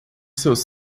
seus